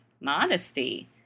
modesty